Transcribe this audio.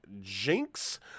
Jinx